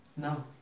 No